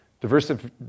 diversity